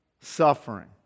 suffering